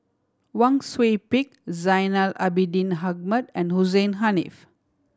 Wang Sui Pick Zainal Abidin Ahmad and Hussein Haniff